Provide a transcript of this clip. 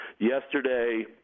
Yesterday